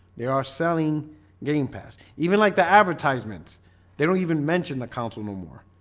they are selling game paths even like the advertisements they don't even mention the council no more.